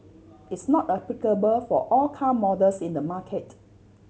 it's not applicable for all car models in the market